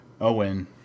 Owen